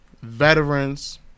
veterans